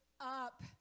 up